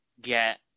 get